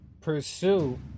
pursue